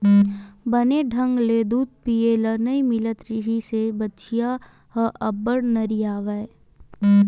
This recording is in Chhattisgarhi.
बने ढंग ले दूद पिए ल नइ मिलत रिहिस त बछिया ह अब्बड़ नरियावय